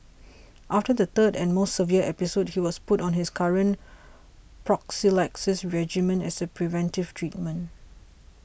after the third and most severe episode he was put on his current prophylaxis regimen as a preventive treatment